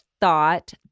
thought